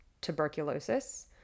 tuberculosis